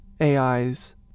AIs